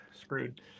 screwed